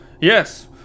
Yes